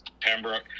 Pembroke